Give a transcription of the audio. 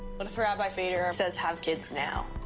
but if rabbi feder says have kids now,